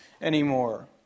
anymore